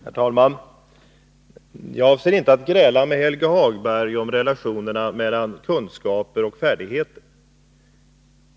Herr talman! Jag avser inte att gräla med Helge Hagberg om relationerna mellan kunskaper och färdigheter.